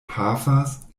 pafas